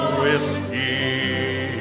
whiskey